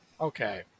Okay